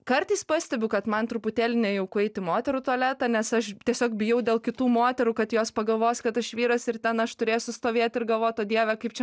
kartais pastebiu kad man truputėlį nejauku eiti į moterų tualetą nes aš tiesiog bijau dėl kitų moterų kad jos pagalvos kad aš vyras ir ten aš turėsiu stovėt ir gavot o dieve kaip čia